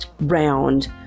round